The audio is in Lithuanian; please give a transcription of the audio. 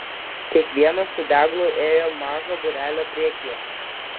kiekvienas su deglu ėjo mažo būrelio priekyje